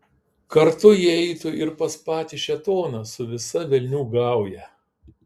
kartu jie eitų ir pas patį šėtoną su visa velnių gauja